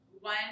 One